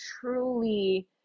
truly